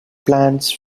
plans